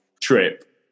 trip